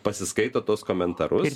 pasiskaito tuos komentarus